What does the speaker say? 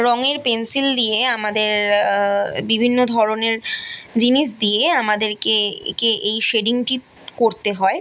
রঙের পেন্সিল দিয়ে আমাদের বিভিন্ন ধরনের জিনিস দিয়ে আমাদেরকে একে এই শেডিংটি করতে হয়